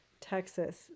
Texas